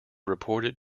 reported